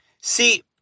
See